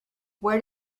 where